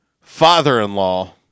father-in-law